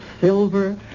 silver